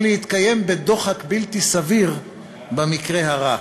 או להתקיים בדוחק בלתי סביר במקרה הרע.